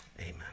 Amen